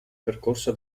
percorsa